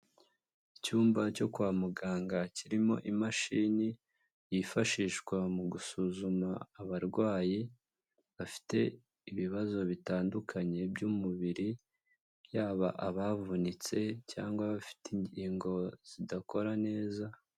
Icyumba cyo kwa muganga kirimo imashini yifashishwa mu gusuzuma abarwayi bafite ibibazo bitandukanye by'umubiri, yaba abavunitse cyangwa bafite ingingo zidakora neza